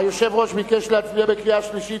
היושב-ראש ביקש להצביע בקריאה שלישית,